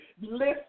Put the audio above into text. list